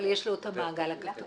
אבל יש לו את המעגל הגדול.